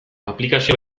aplikazio